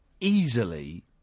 easily